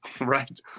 right